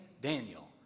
Daniel